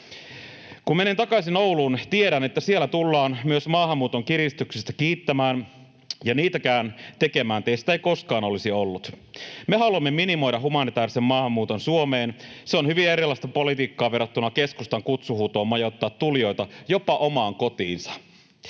Kun menen takaisin Ouluun, tiedän, että siellä tullaan myös maahanmuuton kiristyksestä kiittämään, ja niitäkään tekemään teistä ei koskaan olisi ollut. Me haluamme minimoida humanitaarisen maahanmuuton Suomeen. Se on hyvin erilaista politiikkaa verrattuna keskustan kutsuhuutoon majoittaa tulijoita jopa omaan kotiinsa.